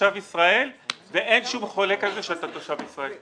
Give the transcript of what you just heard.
תושב ישראל ואין חולק על זה שאתה תושב ישראל.